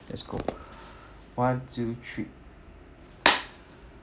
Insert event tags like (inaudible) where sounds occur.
let's go one two three (noise)